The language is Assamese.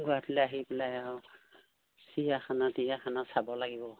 গুৱাহাটীলৈ আহি পেলাই আৰু চিৰিয়াখানা তিৰিয়াখানা চাব লাগিব